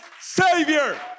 Savior